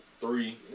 three